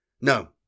No